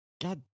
God